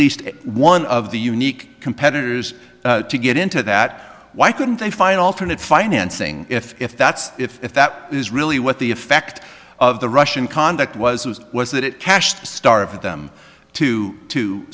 least one of the unique competitors to get into that why couldn't they find alternate financing if that's if that is really what the effect of the russian conduct was was was that it cashed the start of them too to